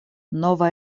nova